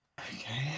Okay